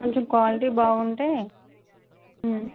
కొంచెం క్వాలిటి బాగుంటే